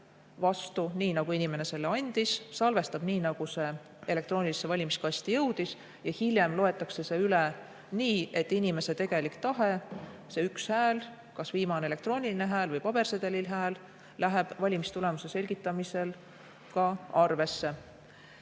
vastu nii, nagu inimene selle andis, salvestab niisugusena, nagu see elektroonilisse valimiskasti jõudis. Ja hiljem loetakse see üle nii, et inimese tegelik tahe, see üks hääl, kas viimane elektrooniline hääl või pabersedelil hääl, läheb valimistulemuse selgitamisel arvesse.